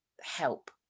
help